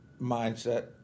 mindset